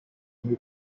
new